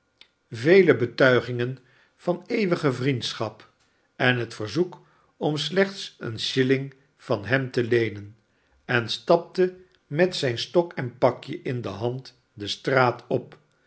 vele betuigingen van eeuwige vriendschap en het verzoek om slechts een shilling van hem te leenen en stapte met zijn stok en pakje in de hand de straat op